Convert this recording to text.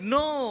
no